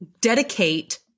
dedicate